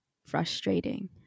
frustrating